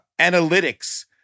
analytics